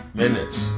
minutes